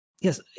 yes